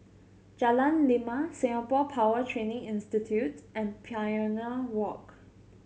Jalan Lima Singapore Power Training Institute and Pioneer Walk